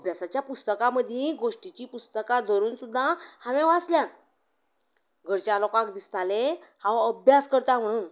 अभ्यासाच्या पुस्तकां मदलीं गोष्टीची पुस्तकां धरून सुद्दां हांवें वाचल्या घरच्या लोकांक दिसताले हांव अभ्यास करतां म्हणून